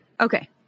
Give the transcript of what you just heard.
okay